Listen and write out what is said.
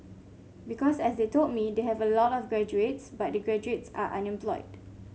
because as they told me they have a lot of graduates but the graduates are unemployed